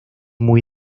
muy